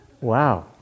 Wow